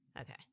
Okay